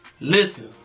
Listen